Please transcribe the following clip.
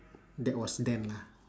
that was then lah